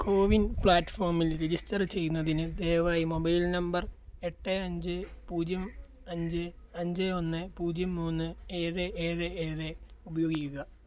കോവിൻ പ്ലാറ്റ്ഫോമിൽ രജിസ്റ്റർ ചെയ്യുന്നതിന് ദയവായി മൊബൈൽ നമ്പർ എട്ട് അഞ്ച് പൂജ്യം അഞ്ച് അഞ്ച് ഒന്ന് പൂജ്യം മൂന്ന് ഏഴ് ഏഴ് ഏഴ് ഉപയോഗിക്കുക